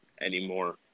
anymore